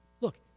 Look